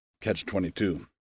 catch-22